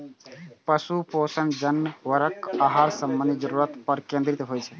पशु पोषण जानवरक आहार संबंधी जरूरत पर केंद्रित होइ छै